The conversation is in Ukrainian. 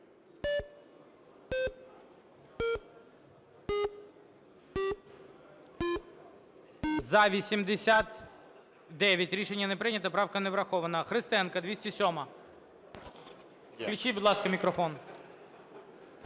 За-89 Рішення не прийнято. Правка не врахована. Христенко, 207-а. Включіть, будь ласка, мікрофон.